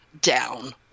down